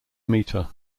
meter